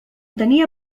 tenia